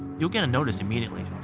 you'll get a notice immediately.